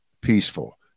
peaceful